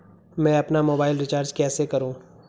मैं अपना mobile recharge कैसे करूँ?